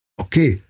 Okay